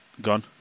Gone